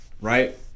right